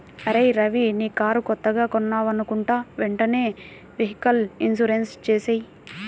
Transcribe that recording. అరేయ్ రవీ నీ కారు కొత్తగా కొన్నావనుకుంటా వెంటనే వెహికల్ ఇన్సూరెన్సు చేసేయ్